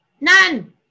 None